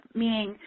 meaning